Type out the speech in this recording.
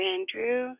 Andrew